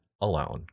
alone